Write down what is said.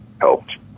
helped